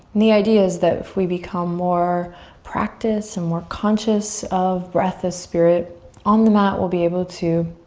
the idea is that if we become more practiced and more conscious of breath as spirit on the mat, we'll be able to